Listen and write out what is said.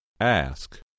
Ask